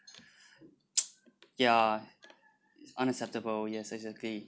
ya unacceptable yes exactly